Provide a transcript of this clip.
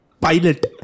Pilot